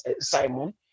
Simon